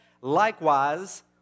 likewise